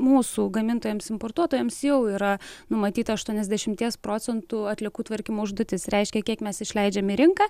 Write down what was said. mūsų gamintojams importuotojams jau yra numatyta aštuoniasdešimties procentų atliekų tvarkymo užduotis reiškia kiek mes išleidžiam į rinką